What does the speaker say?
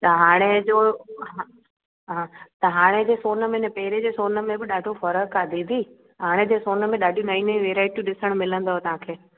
त हाणे जो ह ह त हाणे जे सोन अने पहिरें जे सोन में बि ॾाढो फ़र्क़ु आहे दीदी हाणे जे सोन में ॾाढी नई नई वेराएटी ॾिसण मिलंदव तव्हांखे